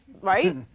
right